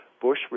Bush